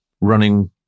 running